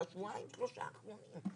בשבועיים-שלושה האחרונים,